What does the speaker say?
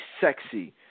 sexy